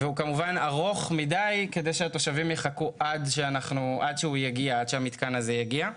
ומצד שני כמובן ארוך מדי כדי שהתושבים יחכו עד שהמתקן הזה יגיע.